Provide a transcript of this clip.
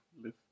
live